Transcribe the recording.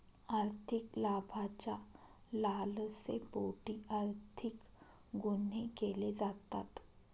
आर्थिक लाभाच्या लालसेपोटी आर्थिक गुन्हे केले जातात